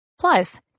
Plus